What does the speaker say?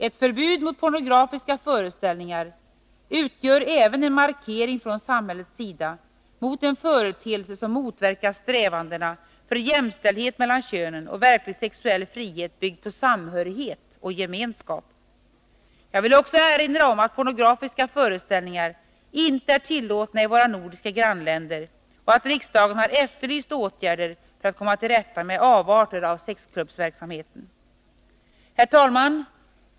Ett förbud mot pornografiska föreställningar utgör även en markering från samhällets sida mot en företeelse som motverkar strävandena för jämställdhet mellan könen och verklig sexuell frihet, byggd på samhörighet och gemenskap. Jag vill också erinra om att pornografiska föreställningar inte är tillåtna i våra nordiska grannländer och att riksdagen har efterlyst åtgärder för att komma till rätta med avarter av sexklubbsverksamheten. Herr talman!